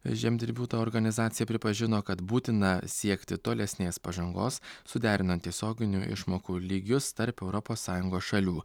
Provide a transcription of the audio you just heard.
žemdirbių ta organizacija pripažino kad būtina siekti tolesnės pažangos suderinant tiesioginių išmokų lygius tarp europos sąjungos šalių